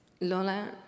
Lola